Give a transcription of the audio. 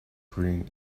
green